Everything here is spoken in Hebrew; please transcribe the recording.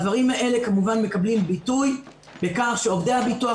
הדברים האלה כמובן מקבלים ביטוי בכך שעובדי הביטוח